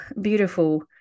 beautiful